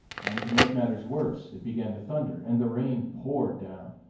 and, to make matters worse, it began to thunder, and the rain poured down.